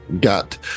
Got